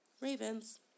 Ravens